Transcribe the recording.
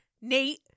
Nate